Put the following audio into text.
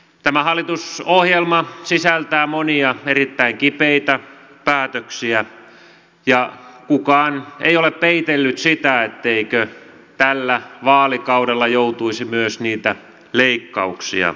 tämä hallitusohjelma sisältää monia erittäin kipeitä päätöksiä ja kukaan ei ole peitellyt sitä etteikö tällä vaalikaudella joutuisi myös niitä leikkauksia tekemään